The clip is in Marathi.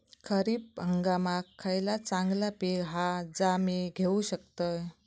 खरीप हंगामाक खयला चांगला पीक हा जा मी घेऊ शकतय?